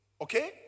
Okay